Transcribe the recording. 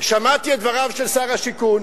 שמעתי את דבריו של שר השיכון,